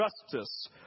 justice